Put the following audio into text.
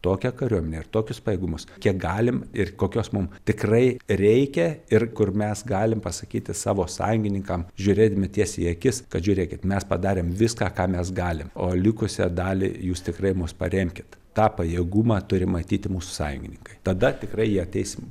tokią kariuomenę ir tokius pajėgumus kiek galim ir kokios mum tikrai reikia ir kur mes galim pasakyti savo sąjungininkam žiūrėdami tiesiai į akis kad žiūrėkit mes padarėm viską ką mes galim o likusią dalį jūs tikrai mus paremkit tą pajėgumą turi matyti mūsų sąjungininkai tada tikrai jie ateis mum į